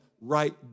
right